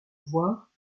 voire